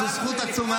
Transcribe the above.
זו זכות עצומה,